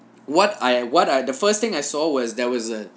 what I what I the first thing I saw was there was a